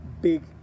big